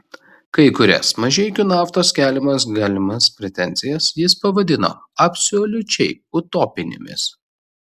kai kurias mažeikių naftos keliamas galimas pretenzijas jis pavadino absoliučiai utopinėmis